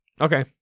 Okay